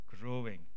growing